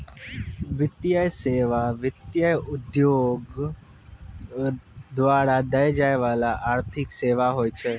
वित्तीय सेवा, वित्त उद्योग द्वारा दै जाय बाला आर्थिक सेबा होय छै